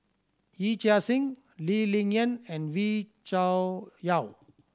Yee Chia Hsing Lee Ling Yen and Wee Cho Yaw